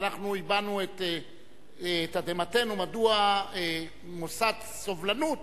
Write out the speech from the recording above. ואנחנו הבענו את תדהמתנו מדוע מוסד סובלנות